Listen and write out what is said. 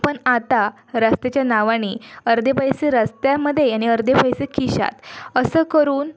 पण आता रस्त्याच्या नावाने अर्धे पैसे रस्त्यामध्ये आणि अर्धे पैसे खिशात असं करून